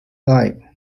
live